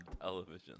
television